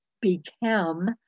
become